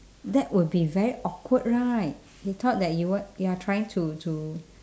that would be very awkward right they thought that you what you are trying to to